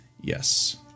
Yes